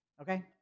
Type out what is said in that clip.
Okay